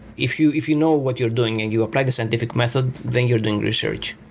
if you if you know what you're doing and you apply the scientific method, then you're doing research,